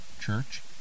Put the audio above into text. Church